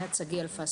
בבקשה.